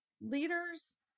leaders